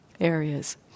areas